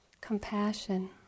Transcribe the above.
compassion